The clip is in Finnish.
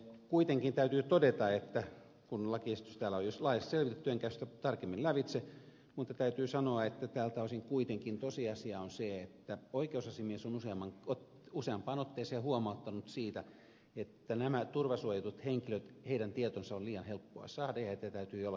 kuitenkin täytyy todeta että kun lakiesitystä täällä on jo laajasti selvitetty en käy sitä tarkemmin lävitse tältä osin kuitenkin tosiasia on se että oikeusasiamies on useampaan otteeseen huomauttanut siitä että näiden turvasuojattujen henkilöiden tietoja on liian helppoa saada ja heitä täytyy jollakin tavalla suojata